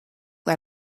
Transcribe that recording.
let